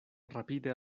rapide